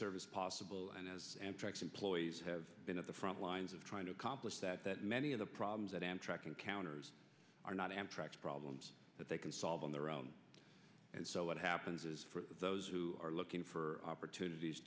service possible and has amtrak employees have been at the front lines of trying to accomplish that that many of the problems that amtrak encounters are not amtrak problems that they can solve on their own and so what happens is for those who are looking for opportunities